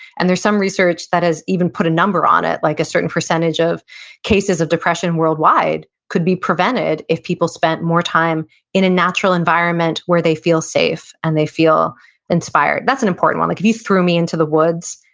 and there's some research that has even put a number on it, like a certain percentage of cases of depression worldwide could be prevented if people spent more time in a natural environment where they feel safe and they feel inspired. that's an important one. like, if you threw me into the woods,